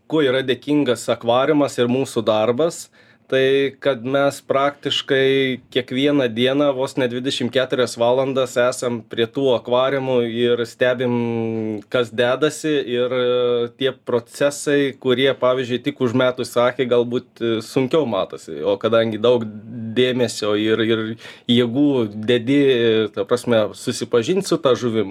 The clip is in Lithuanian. kuo yra dėkingas akvariumas ir mūsų darbas tai kad mes praktiškai kiekvieną dieną vos ne dvidešimt keturias valandas esam prie tų akvariumų ir stebim kas dedasi ir tie procesai kurie pavyzdžiui tik užmetus akį galbūt sunkiau matosi o kadangi daug dėmesio ir ir jėgų dedi ta prasme susipažint su žuvim